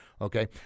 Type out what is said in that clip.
okay